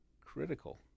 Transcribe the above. critical